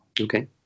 okay